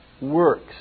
works